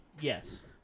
Yes